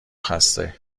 خسته